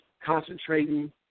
concentrating